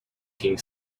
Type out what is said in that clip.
king